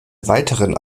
weiteren